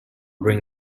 bring